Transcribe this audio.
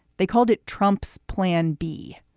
they called it trump's plan b.